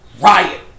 riot